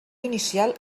inicial